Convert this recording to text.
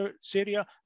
Syria